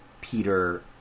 Peter